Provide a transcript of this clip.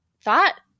thought